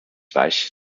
baix